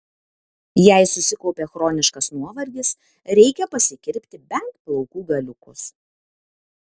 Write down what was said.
jei susikaupė chroniškas nuovargis reikia pasikirpti bent plaukų galiukus